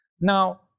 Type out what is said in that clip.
Now